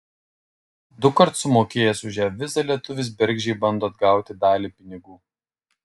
dukart sumokėjęs už jav vizą lietuvis bergždžiai bando atgauti dalį pinigų